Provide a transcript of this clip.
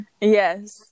yes